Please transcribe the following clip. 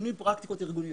ובשינוי פרקטיקות ארגוניות.